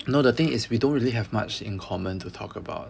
no the thing is we don't really have much in common to talk about